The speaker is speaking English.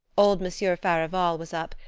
old monsieur farival was up,